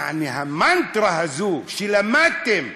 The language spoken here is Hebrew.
יעני, המנטרה הזאת שלמדתם,